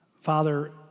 Father